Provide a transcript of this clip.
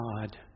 God